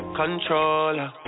controller